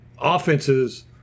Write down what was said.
Offenses